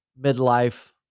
midlife